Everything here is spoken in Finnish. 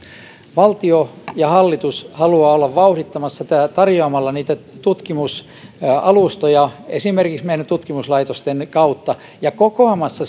valtio hallitus haluaa olla vauhdittamassa tätä tarjoamalla tutkimusalustoja esimerkiksi meidän tutkimuslaitostemme kautta ja kokoamassa